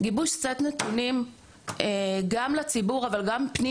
גיבוש סט נתונים גם לציבור אבל גם פנים